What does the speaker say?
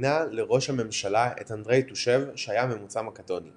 ומינה לראש הממשלה את אנדריי טושב שהיה ממוצא מקדוני.